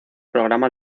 programa